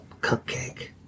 cupcake